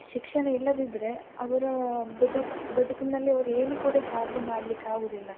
ಶಿಕ್ಷಣ ಇಲ್ಲದಿದ್ದರೆ ಅವರ ಬದುಕು ಬದುಕಿನಲ್ಲಿ ಅವರು ಏನು ಕೂಡ ಸಾಧನೆ ಮಾಡ್ಲಿಕ್ಕೆ ಆಗುವುದಿಲ್ಲ